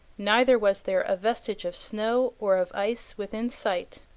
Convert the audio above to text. neither was there a vestige of snow or of ice within sight.